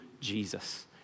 Jesus